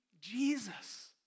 Jesus